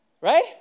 Right